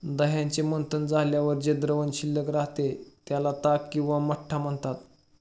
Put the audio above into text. दह्याचे मंथन झाल्यावर जे द्रावण शिल्लक राहते, त्याला ताक किंवा मठ्ठा म्हणतात